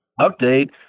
update